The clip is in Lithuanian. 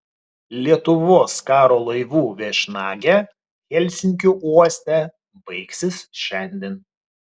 lietuvos karo laivų viešnagė helsinkio uoste baigsis šiandien